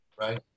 Right